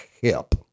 hip